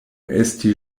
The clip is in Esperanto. esti